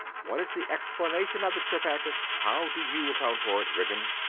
what is the explanation of it, sir patrick? how do you account for it, ridgeon?